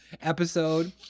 episode